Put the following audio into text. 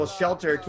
shelter